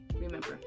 Remember